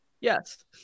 Yes